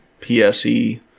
PSE